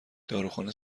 داروخانه